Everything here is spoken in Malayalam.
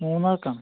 മൂന്നാർക്കാണ്